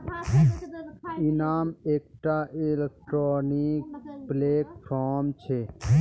इनाम एकटा electronic platform छेक